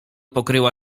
pokryła